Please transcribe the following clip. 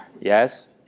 Yes